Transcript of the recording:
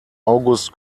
august